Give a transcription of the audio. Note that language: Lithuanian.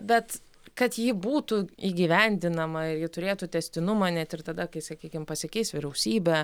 bet kad ji būtų įgyvendinama ir ji turėtų tęstinumą net ir tada kai sakykim pasikeis vyriausybė